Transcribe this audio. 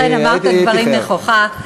ואכן אמרת דברים נכוחה.